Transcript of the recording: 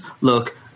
look